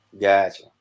Gotcha